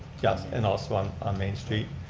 yeah and also on on main street.